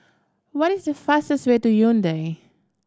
what is the fastest way to Yaounde